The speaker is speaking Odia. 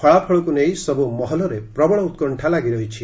ଫଳାଫଳକୁ ନେଇ ସବୁ ମହଲରେ ପ୍ରବଳ ଉକ୍କଶ୍ଚା ରହିଛି